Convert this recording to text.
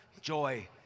Joy